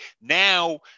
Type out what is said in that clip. Now